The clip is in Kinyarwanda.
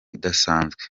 idasanzwe